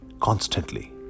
constantly